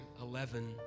eleven